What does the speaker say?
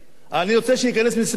אני רוצה שיכנס מסיבת עיתונאים,